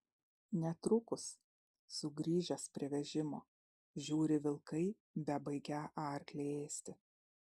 netrukus sugrįžęs prie vežimo žiūri vilkai bebaigią arklį ėsti